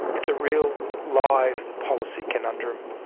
it's a real live policy conundrum.